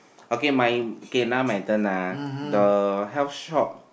okay my okay now my turn ah the health shop